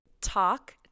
Talk